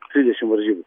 trisdešim varžybų